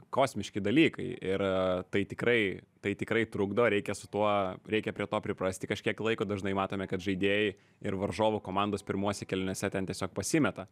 kosmiškai dalykai ir tai tikrai tai tikrai trukdo reikia su tuo reikia prie to priprasti kažkiek laiko dažnai matome kad žaidėjai ir varžovų komandos pirmuosiuose kėliniuose ten tiesiog pasimeta